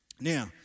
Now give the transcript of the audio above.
Now